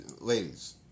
ladies